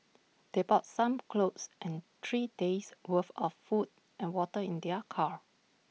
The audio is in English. they bought some clothes and three days' worth of food and water in their car